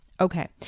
okay